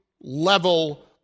level